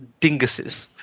dinguses